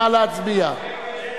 נא להצביע.